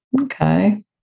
Okay